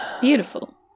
Beautiful